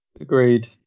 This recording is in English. Agreed